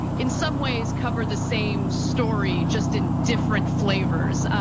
in some ways, cover the same story just in different flavors.